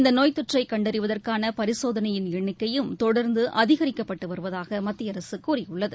இந்த நோய் தொற்றை கண்டறிவதற்கான பரிசோதனையின் எண்ணிக்கையும் தொடர்ந்து அதிகரிக்கப்பட்டு வருவதாக மத்திய அரசு கூறியுள்ளது